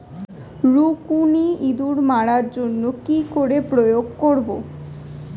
রুকুনি ইঁদুর মারার জন্য কি করে প্রয়োগ করব?